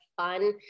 fun